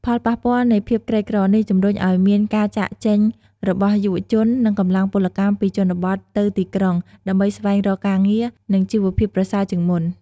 ផលប៉ះពាល់នៃភាពក្រីក្រនេះ ជំរុញឱ្យមាន ការចាកចេញរបស់យុវជន និងកម្លាំងពលកម្មពីជនបទទៅទីក្រុង ដើម្បីស្វែងរកការងារ និងជីវភាពប្រសើរជាងមុន។